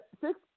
six